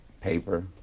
paper